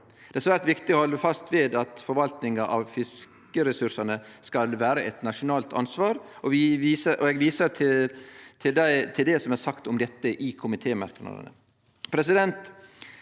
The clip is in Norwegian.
Det er svært viktig å halde fast ved at forvaltninga av fiskeresursane skal vere eit nasjonalt ansvar. Eg viser til det som er sagt om dette i komitémerknadene.